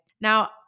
Now